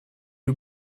you